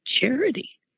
charity